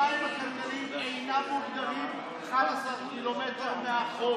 המים הכלכליים אינם מוגדרים 11 ק"מ מהחוף,